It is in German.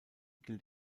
gilt